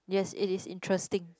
yes it is interesting